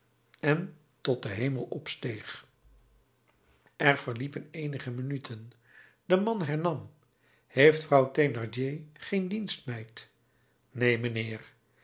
en tot den hemel opsteeg er verliepen eenige minuten de man hernam heeft vrouw thénardier geen dienstmeid neen mijnheer